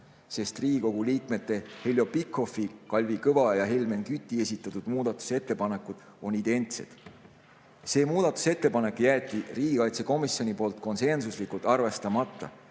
sest Riigikogu liikmete Heljo Pikhofi, Kalvi Kõva ja Helmen Küti esitatud muudatusettepanekud on identsed. See muudatusettepanek jäeti riigikaitsekomisjoni poolt konsensuslikult arvestamata